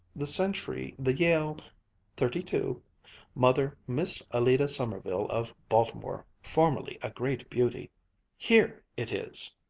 the century, the yale thirty-two mother miss allida sommerville of baltimore, formerly a great beauty' here it is,